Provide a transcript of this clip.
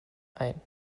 ein